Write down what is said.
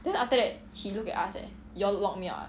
then after that he look at us eh you all lock me out ah